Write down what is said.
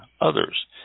others